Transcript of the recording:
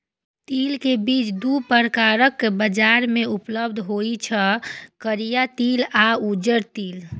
तिल के बीज दू प्रकारक बाजार मे उपलब्ध होइ छै, करिया तिल आ उजरा तिल